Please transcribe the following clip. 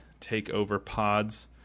TakeOverPods